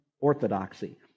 orthodoxy